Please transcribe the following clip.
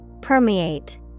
Permeate